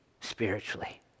spiritually